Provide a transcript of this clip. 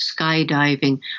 skydiving